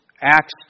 Acts